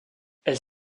elle